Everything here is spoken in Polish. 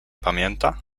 pamięta